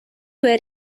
were